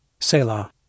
Selah